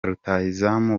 rutahizamu